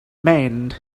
men